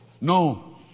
No